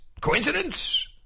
Coincidence